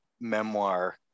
memoir